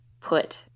put